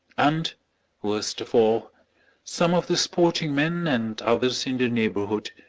and worst of all some of the sporting men and others in the neighbourhood,